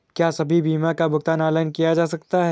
क्या सभी बीमा का भुगतान ऑनलाइन किया जा सकता है?